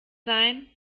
sein